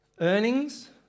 earnings